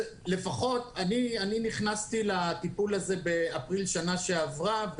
אני נכנסתי לטיפול הזה באפריל שנה שעברה,